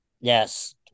Yes